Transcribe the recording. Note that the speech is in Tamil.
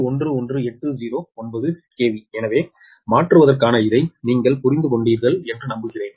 11809 KV எனவே மாற்றுவதற்கான இதை நீங்கள் புரிந்து கொண்டீர்கள் என்று நம்புகிறேன்